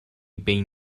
بین